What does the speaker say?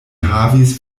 havis